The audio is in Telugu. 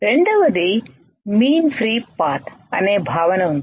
రెండవది మీన్ ఫ్రీ పాత్ అనే భావన ఉంది